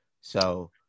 so-